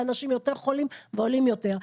לאנשים יותר חולים ועולים יותר.